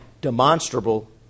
demonstrable